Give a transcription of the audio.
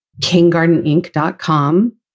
kinggardeninc.com